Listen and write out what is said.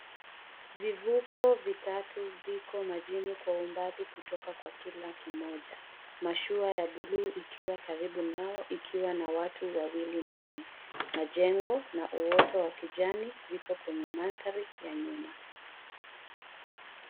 Vivuko vitatu viko majini kwa umbali kutoka kwa kila kimoja. Mashua ya buluu ikiwa karibu nao ikiwa na watu ndani. Majengo na uoto wa kijani viko kwenye maandhari ya nyuma.